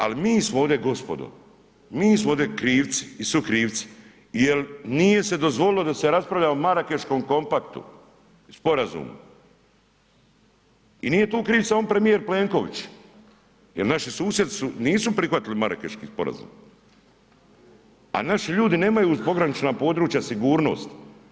Ali mi smo ovdje gospodo, mi smo ovdje krivci i sukrivci jel nije se dozvolilo da se raspravlja o Marakeškom kompaktu, sporazumu i nije tu kriv samo premijer Plenković jel naši susjedi nisu prihvatili Marakeški sporazum, ali naši ljudi nemaju uz pogranična područja sigurnost.